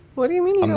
what do you mean?